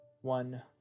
one